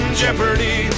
jeopardy